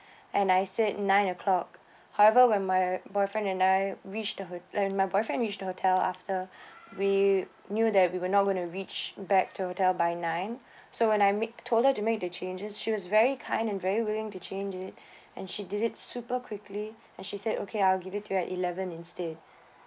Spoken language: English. and I said nine o'clock however when my boyfriend and I reached the ho~ like my boyfriend reach the hotel after we knew that we were not going to reach back to hotel by nine so when I make told her to make the changes she was very kind and very willing to change it and she did it super quickly and she said okay I'll give it to you eleven instead